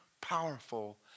powerful